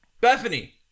Bethany